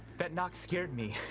that knock scared me.